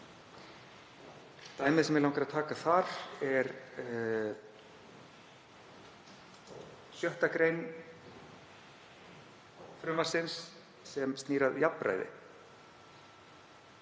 Dæmið sem mig langar að taka þar er 6. gr. frumvarpsins sem snýr að jafnræði.